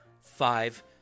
five